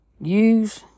Use